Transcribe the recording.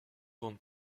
grande